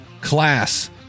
Class